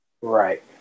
Right